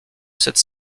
cette